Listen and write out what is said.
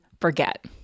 forget